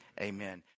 Amen